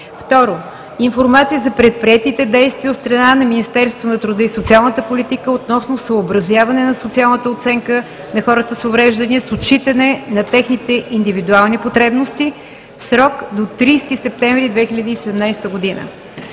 г. 2. Информация за предприетите действия от страна на Министерството на труда и социалната политика относно съобразяване на социалната оценка на хората с увреждания с отчитане на техните индивидуални потребности, в срок до 30 септември 2017 г.